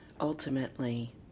ultimately